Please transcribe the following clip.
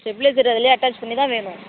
stabiliser அதிலே attach பண்ணி தான் வேணும்